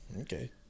okay